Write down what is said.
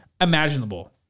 imaginable